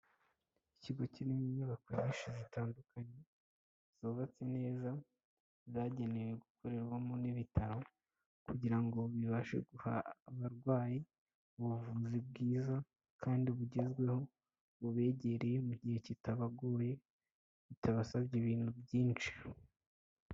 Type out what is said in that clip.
Ikigo kirimo inyubako nyinshi zitandukanye zubatse neza, zagenewe gukorerwamo n'ibitaro kugira ngo bibashe guha abarwayi ubuvuzi bwiza kandi bugezweho, bubegereye mu gihe kitabaguye bitabasabye ibintu byinshi.